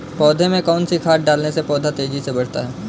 पौधे में कौन सी खाद डालने से पौधा तेजी से बढ़ता है?